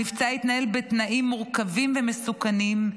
המבצע התנהל בתנאים מורכבים ומסוכנים,